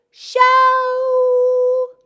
show